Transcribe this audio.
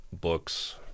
books